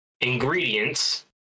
ingredients